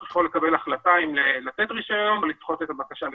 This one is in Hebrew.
יכול לקבל החלטה אם לתת רישיון או לדחות את הבקשה לרישיון.